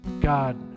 God